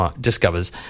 discovers